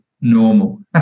normal